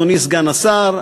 אדוני סגן השר,